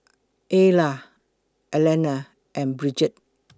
Ayla Alana and Bridget